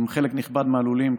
חלק נכבד מהלולים,